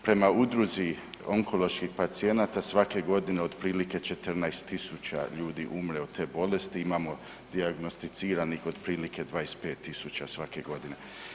Prema Udruzi onkoloških pacijenata svake godine otprilike 14.000 ljudi umre od te bolesti, imamo dijagnosticiranih otprilike 25.000 svake godine.